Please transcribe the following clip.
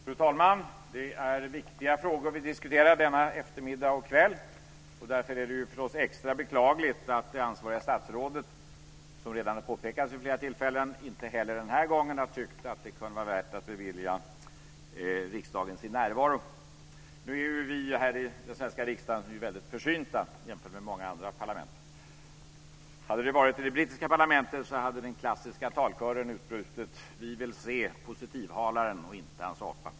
Fru talman! Det är viktiga frågor vi diskuterar denna eftermiddag och kväll. Därför är det förstås extra beklagligt att det ansvariga statsrådet, såsom redan påpekats vid flera tillfällen, inte heller den här gången har tyckt att det kunde vara värt att bevilja riksdagen sin närvaro. Nu är vi här i den svenska riksdagen väldigt försynta jämfört med många andra parlament. Hade vi varit i det brittiska parlamentet hade den klassiska talkören utbrutit: Vi vill se positivhalaren och inte hans apa!